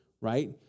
right